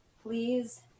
please